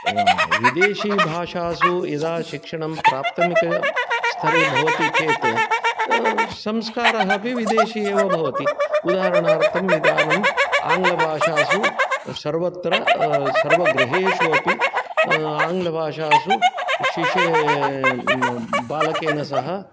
विदेशीयभाषासु यदा शिक्षणं प्राप्तमिकस्तरे भवति चेत् संस्कारः अपि विदेशी एव भवति उदाहरणार्थं इदानीम् आङ्गलभाषासु सर्वत्र सर्वषु गृहेषु अपि आङ्गलभाषासु शिशे बालकेन सह